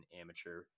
amateur –